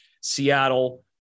Seattle